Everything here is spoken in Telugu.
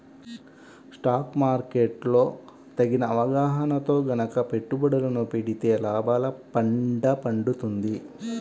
స్టాక్ మార్కెట్ లో తగిన అవగాహనతో గనక పెట్టుబడులను పెడితే లాభాల పండ పండుతుంది